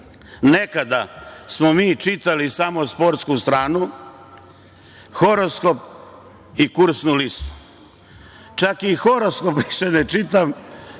nekada smo mi čitali samo sportsku stranu, horoskop i kursnu listu. Čak i horoskop više ne čitam,